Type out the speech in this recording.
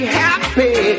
happy